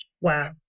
Wow